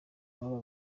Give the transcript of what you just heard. baba